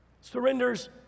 Surrenders